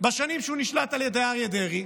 בשנים שהוא נשלט על ידי אריה דרעי,